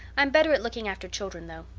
i'm better at looking after children, though.